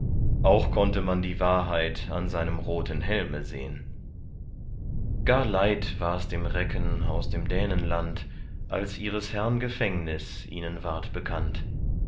auch konnte man die wahrheit an seinem roten helme sehn gar leid wars dem recken aus dem dänenland als ihres herrn gefängnis ihnen ward bekannt